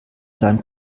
seinem